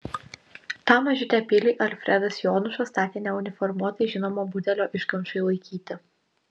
tą mažytę pilį alfredas jonušas statė ne uniformuotai žinomo budelio iškamšai laikyti